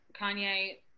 kanye